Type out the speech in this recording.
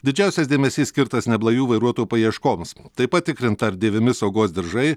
didžiausias dėmesys skirtas neblaivių vairuotojų paieškoms taip pat tikrinta ar dėvimi saugos diržai